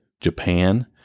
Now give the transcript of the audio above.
Japan